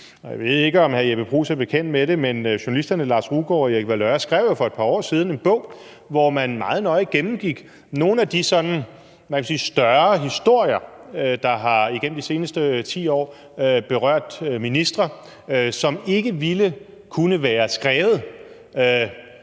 jeg ved ikke, om hr. Jeppe Bruus er bekendt med det, men journalisterne Lars Rugaard og Erik Valeur skrev jo for et par år siden en bog, hvor man meget nøje gennemgik nogle af de sådan, hvad kan man sige, større historier, der igennem de seneste 10 år har berørt ministre, som ikke ville kunne være skrevet,